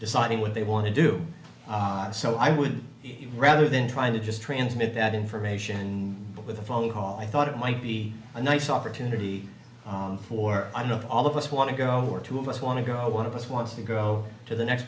deciding what they want to do so i would rather than trying to just transmit that information but with a phone call i thought it might be a nice opportunity for i not all of us want to go or two of us want to go one of us wants to go to the next